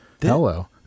hello